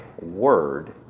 word